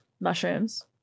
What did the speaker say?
mushrooms